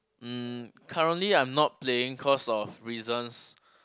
um currently I'm not playing cause of reasons